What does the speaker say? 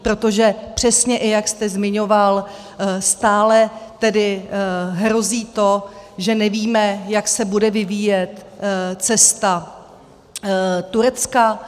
Protože přesně, i jak jste zmiňoval, stále tedy hrozí to, že nevíme, jak se bude vyvíjet cesta Turecka.